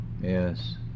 yes